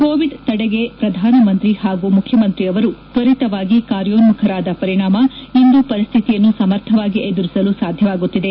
Covid ತಡೆಗೆ ಪ್ರಧಾನ ಮಂತ್ರಿ ಹಾಗೂ ಮುಖ್ಯಮಂತ್ರಿಯವರು ತ್ವರಿತವಾಗಿ ಕಾರ್ಯೋನ್ನುಖರಾದ ಪರಿಣಾಮ ಇಂದು ಪರಿಸ್ವಿತಿಯನ್ನು ಸಮರ್ಥವಾಗಿ ಎದುರಿಸಲು ಸಾಧ್ಯವಾಗುತ್ತಿದೆ